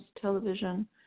television